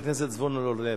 חבר הכנסת זבולון אורלב.